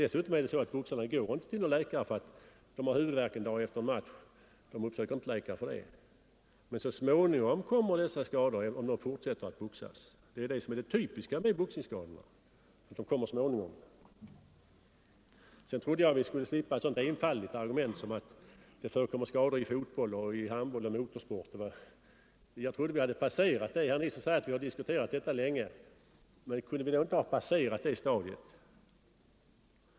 Dessutom går inte boxarna till läkare för att de har huvudvärk dagen efter en match. Men så småningom uppträder dessa skador om vederbörande fortsätter att boxas. Detta är det typiska för boxningsskadorna. Jag trodde vi skulle slippa ett så enfaldigt argument som att det förekommer skador i fotboll, handboll och motorsport. Herr Nisser säger att vi diskuterat detta länge. Kunde vi inte då passerat detta stadium?